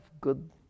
good